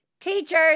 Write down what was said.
Teachers